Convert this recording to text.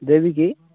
ଦେବି କି